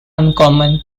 uncommon